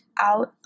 out